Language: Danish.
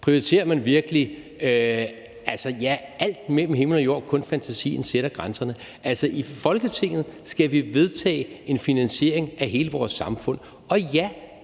Prioriterer man virkelig, ja, alt mellem himmel og jord? Kun fantasien sætter grænserne. Altså, i Folketinget skal vi vedtage en finansiering af hele vores samfund, og ja,